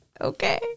okay